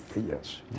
yes